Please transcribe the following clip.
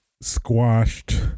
squashed